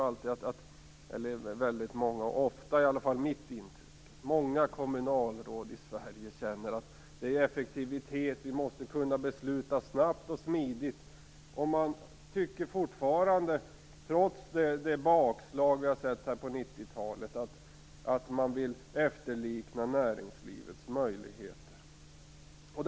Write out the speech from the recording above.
Mitt intryck är ofta att många kommunalråd i Sverige anser att effektivitet är att kunna besluta snabbt och smidigt. Trots de bakslag som har kommit under 1990-talet vill de ändå efterlikna näringslivets möjligheter.